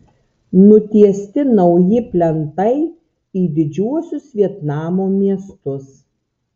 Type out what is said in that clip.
nutiesti nauji plentai į didžiuosius vietnamo miestus